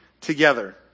together